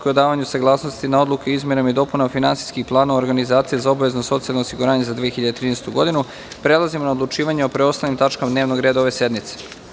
o davanju saglasnosti na odluke o izmenama i dopunama finansijskih planova organizacija za obavezno socijalno osiguranje za 2013. godinu, prelazimo na odlučivanje o preostalim tačkama dnevnog reda ove sednice.